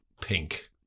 Pink